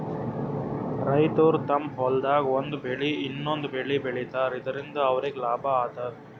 ರೈತರ್ ತಮ್ಮ್ ಹೊಲ್ದಾಗ್ ಒಂದ್ ಬೆಳಿ ಇನ್ನೊಂದ್ ಬೆಳಿ ಬೆಳಿತಾರ್ ಇದರಿಂದ ಅವ್ರಿಗ್ ಲಾಭ ಆತದ್